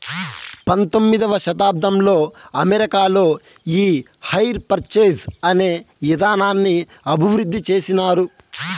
పంతొమ్మిదవ శతాబ్దంలో అమెరికాలో ఈ హైర్ పర్చేస్ అనే ఇదానాన్ని అభివృద్ధి చేసినారు